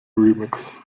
remix